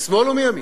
משמאל ומימין.